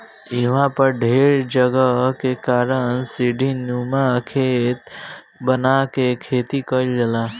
इहवा पर ढेर जगह के कारण सीढ़ीनुमा खेत बना के खेती कईल जाला